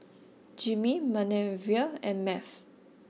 Jimmie Manervia and Math